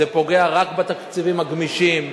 זה פוגע רק בתקציבים הגמישים.